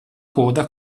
coda